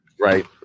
Right